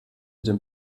den